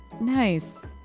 Nice